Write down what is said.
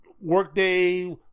Workday